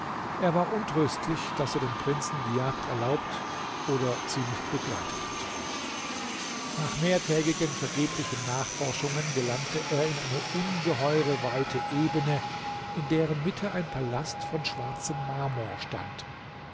er war untröstlich daß er den prinzen die jagd erlaubt oder sie nicht begleitet hatte nach mehrtägigen vergeblichen nachforschungen gelangte er in eine ungeheure weite ebene in deren mitte ein palast von schwarzem marmor stand